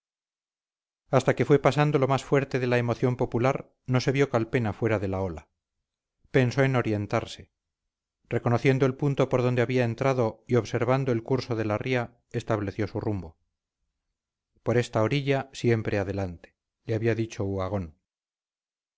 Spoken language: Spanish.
hasta que fue pasando lo más fuerte de la emoción popular no se vio calpena fuera de la ola pensó en orientarse reconociendo el punto por donde había entrado y observando el curso de la ría restableció su rumbo por esta orilla siempre adelante le había dicho